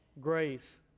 grace